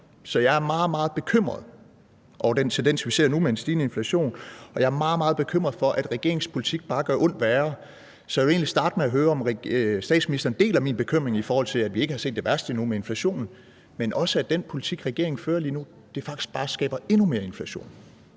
er meget, meget bekymret over den tendens, vi ser nu, med en stigende inflation, og jeg er meget, meget bekymret for, at regeringens politik bare gør ondt værre. Så jeg vil egentlig starte med at høre, om statsministeren deler min bekymring, i forhold til at vi ikke har set det værste endnu med inflationen, men også i forhold til at den politik, regeringen fører lige nu, faktisk bare skaber endnu mere inflation.